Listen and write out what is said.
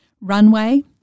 Runway